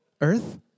Earth